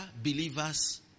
believers